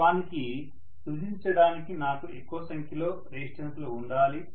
వాస్తవానికి సూచించడానికి నాకు ఎక్కువ సంఖ్యలో రెసిస్టెన్స్ లు ఉండాలి